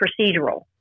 procedural